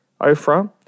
Ophrah